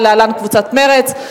להלן: קבוצת מרצ,